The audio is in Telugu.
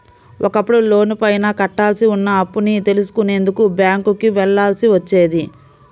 ఒకప్పుడు లోనుపైన కట్టాల్సి ఉన్న అప్పుని తెలుసుకునేందుకు బ్యేంకుకి వెళ్ళాల్సి వచ్చేది